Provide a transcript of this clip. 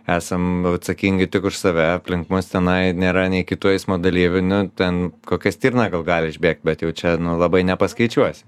esam atsakingi tik už save aplink mus tenai nėra nei kitų eismo dalyvių nu ten kokia stirna gal gali išbėgt bet jau čia nu labai nepaskaičiuosi